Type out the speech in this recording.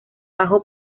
bajo